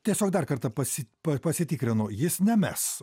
tiesiog dar kartą pasi pasitikrinau jis nemes